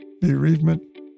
bereavement